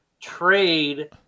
trade